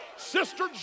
Sister